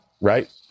right